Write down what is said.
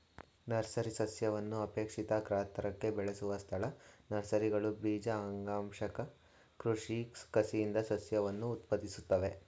nursery ಸಸ್ಯವನ್ನು ಅಪೇಕ್ಷಿತ ಗಾತ್ರಕ್ಕೆ ಬೆಳೆಸುವ ಸ್ಥಳ ನರ್ಸರಿಗಳು ಬೀಜ ಅಂಗಾಂಶ ಕೃಷಿ ಕಸಿಯಿಂದ ಸಸ್ಯವನ್ನು ಉತ್ಪಾದಿಸುತ್ವೆ